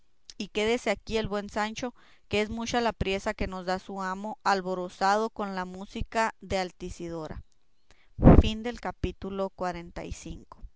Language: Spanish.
y quédese aquí el buen sancho que es mucha la priesa que nos da su amo alborozado con la música de altisidora capítulo xlvi del temeroso espanto cencerril